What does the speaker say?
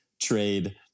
trade